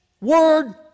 word